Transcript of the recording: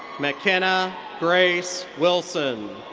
mckenna grace wilson.